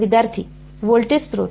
विद्यार्थीः व्होल्टेज स्त्रोत